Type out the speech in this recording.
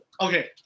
Okay